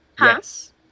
Yes